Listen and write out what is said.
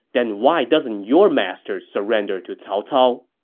then why doesn't your master surrender to cao cao?